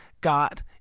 got